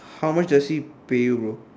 how much does he pay you bro